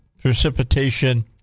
precipitation